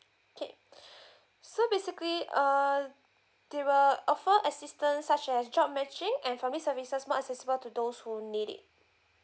okay so basically uh they will offer assistance such as job matching and family services more accessible to those who need it